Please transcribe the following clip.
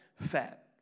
Fat